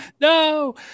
no